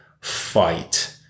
fight